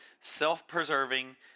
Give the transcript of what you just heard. self-preserving